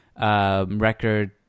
record